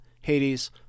Hades